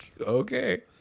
Okay